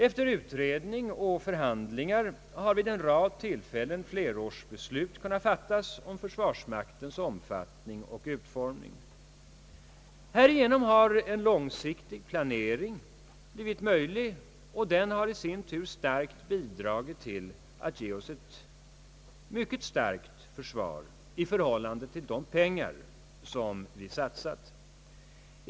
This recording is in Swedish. Efter utredning och förhandlingar har vid en rad tillfällen flerårsbeslut kunnat fattas om försvarsmaktens omfattning och utformning. Härigenom har en långsiktig planering blivit möjlig, som i sin tur bidragit till att ge oss ett mycket starkt försvar i förhållande till de pengar vi satsat.